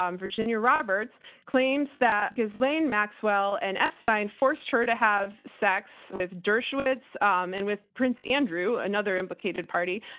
um virginia roberts, claims that ghislaine maxwell and epstein forced her to have sex with dershowitz um and with prince andrew, another implicated party,